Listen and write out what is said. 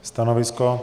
Stanovisko?